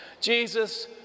Jesus